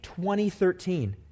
2013